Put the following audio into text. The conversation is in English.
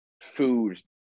food